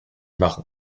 machen